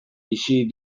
bizi